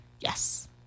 Yes